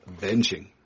benching